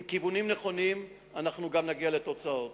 עם כיוונים נכונים, ואנחנו גם נגיע לתוצאות.